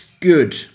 good